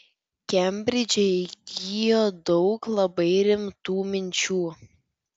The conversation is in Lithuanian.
kembridže įgijo daug labai rimtų minčių